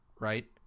Right